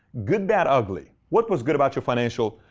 good, bad, ugly. what was good about your financial,